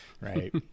right